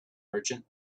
merchant